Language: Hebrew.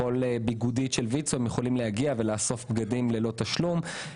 להגיע לכל ביגודית של ויצו ולאסוף בגדים ללא תשלום.